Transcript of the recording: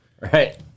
Right